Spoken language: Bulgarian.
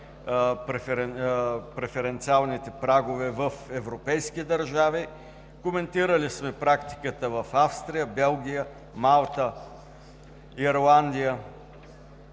преференциалните прагове в европейски държави. Коментирали сме практиката в Австрия, Белгия, Малта, Ирландия,